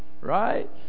right